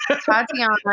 Tatiana